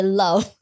love